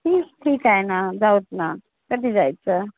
ठीक आहे ना जाऊत ना कधी जायचं